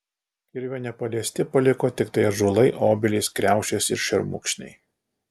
kirvio nepaliesti paliko tiktai ąžuolai obelys kriaušės ir šermukšniai